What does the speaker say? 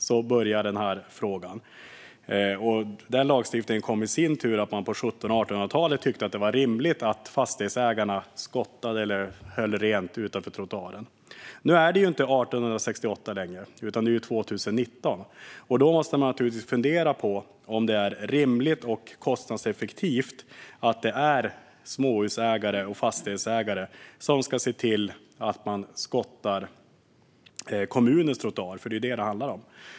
Den lagstiftningen hade i sin tur sin grund i att man på 1700 och 1800-talen tyckte att det var rimligt att fastighetsägarna skottade eller höll rent utanför på trottoaren. Nu är det inte 1868 längre, utan det är 2019. Då måste man naturligtvis fundera på om det är rimligt och kostnadseffektivt att småhusägare och fastighetsägare ska skotta kommunens trottoarer, som det ju handlar om.